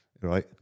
right